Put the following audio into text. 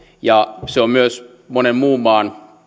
ja se on siis myös monen muun maan